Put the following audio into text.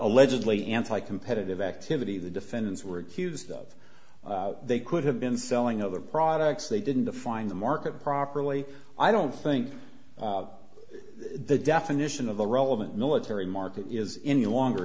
allegedly anti competitive activity the defendants were accused of they could have been selling other products they didn't define the market properly i don't think the definition of the relevant military market is any longer